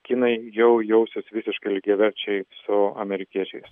kinai jau jausis visiškai lygiaverčiai su amerikiečiais